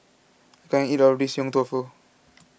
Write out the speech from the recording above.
I can't eat all of this Yong Tau Foo